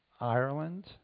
Ireland